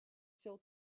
still